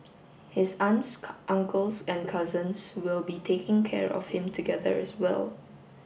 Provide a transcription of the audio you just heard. his aunts uncles and cousins will be taking care of him together as well